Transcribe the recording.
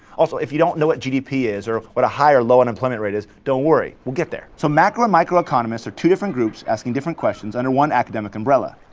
also, if you don't know what gdp is or what a high or low unemployment rate is don't worry, we'll get there. so macro and micro-economists are two different groups asking different questions under one academic umbrella.